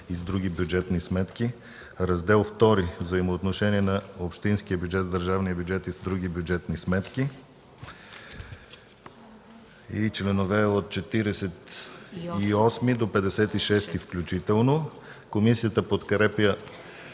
и с други бюджети и сметки”, „Раздел ІІ – Взаимоотношения на общинския бюджет с държавния бюджет и с други бюджети и сметки” и членове от 48 до 56 включително. Комисията подкрепя